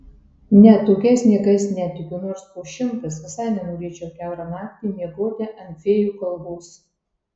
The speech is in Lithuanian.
ne tokiais niekais netikiu nors po šimtas visai nenorėčiau kiaurą naktį miegoti ant fėjų kalvos